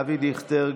אבי דיכטר,